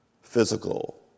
Physical